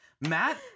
matt